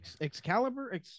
Excalibur